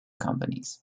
companies